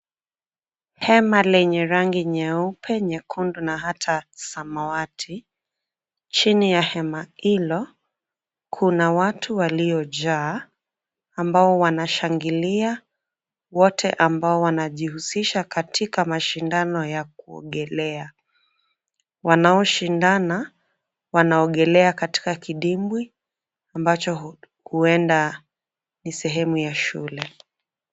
Hema lenye rangi nyeupe, nyekundu na hata samawati. Chini ya hema hilo kuna watu waliojaa ambao wanashangilia wote ambao wanajihusisha katika mashindano ya kuogelea. Wanaoshindana wanaogelea katika kidimbwi ambacho huenda ni sehemu ya shule.